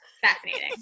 Fascinating